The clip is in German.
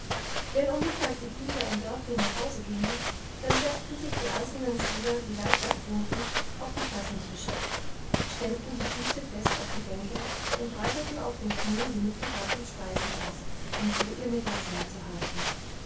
wenn um mittag die kinder im dörfli nach hause gingen dann setzten sich die einzelnen schüler die weit weg wohnten auf die klassentische stemmten die füße fest auf die bänke und breiteten auf den knien die mitgebrachten speisen aus um so ihr mittagsmahl zu halten